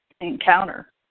encounter